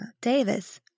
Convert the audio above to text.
Davis